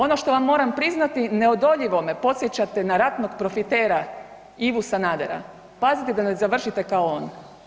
Ono što vam moram priznati, neodoljivo me podsjećate na ratnog profitera Ivu Sanadera, pazite da ne završite kao on.